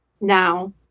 Now